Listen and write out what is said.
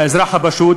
האזרח הפשוט,